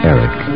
Eric